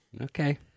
Okay